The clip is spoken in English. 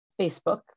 facebook